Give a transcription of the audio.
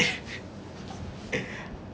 oh my god do I know this